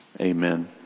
Amen